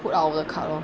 put our cart lor